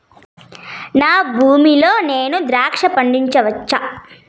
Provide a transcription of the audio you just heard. నా భూమి లో నేను ద్రాక్ష పండించవచ్చా?